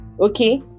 Okay